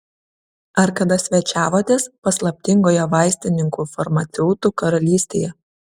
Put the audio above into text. ar kada svečiavotės paslaptingoje vaistininkų farmaceutų karalystėje